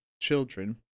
children